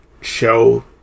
show